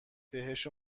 بهش